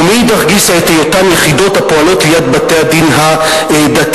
"ומאידך גיסא את היותן יחידות הפועלות ליד בתי-הדין הדתיים".